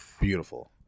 Beautiful